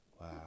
Wow